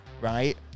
Right